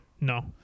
No